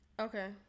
Okay